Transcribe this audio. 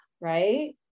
right